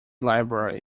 library